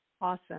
Awesome